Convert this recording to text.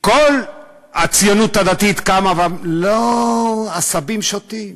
כל הציונות הדתית ואמרה: לא, עשבים שוטים.